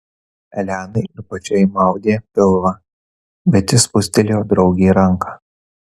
elenai ir pačiai maudė pilvą bet ji spustelėjo draugei ranką